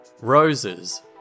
Roses